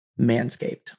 Manscaped